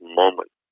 moment